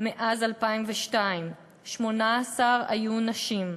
מאז 2002, 18 היו נשים.